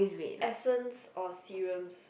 essence or serum